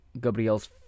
Gabriel's